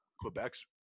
Quebec's –